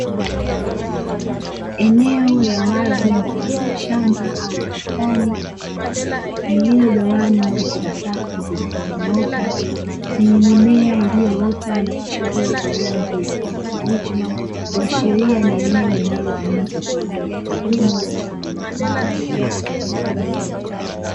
Eneo la wazi mfano wa shamba au bustani, lililogawanywa katika safu zilizonyooka, zenye mimea iliyoota na kuchipua kwa rangi ya kijani kibichi, kuashiria ni eneo linalotumika kwa ajili ya kilimo cha viwanda.